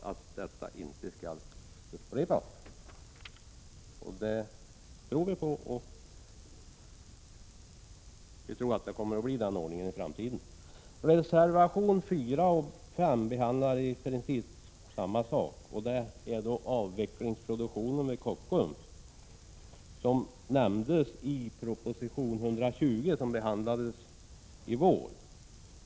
Han har också lovat att det inte skall upprepas. Det är något som vi tror på. I reservationerna 4 och 5 behandlas i princip samma sak, nämligen frågan om anslag till avvecklingsproduktion vid Kockums. Detta nämndes också i proposition 1985/86:120, som behandlades i våras.